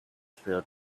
filled